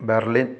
Berlin